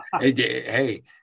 hey